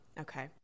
Okay